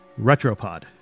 Retropod